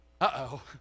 uh-oh